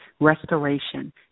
restoration